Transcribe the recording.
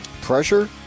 Pressure